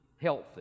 healthy